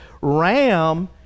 ram